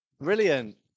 Brilliant